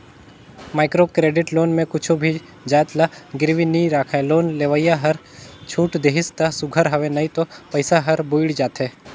micro credit loan में कुछु भी जाएत ल गिरवी नी राखय लोन लेवइया हर छूट देहिस ता सुग्घर हवे नई तो पइसा हर बुइड़ जाथे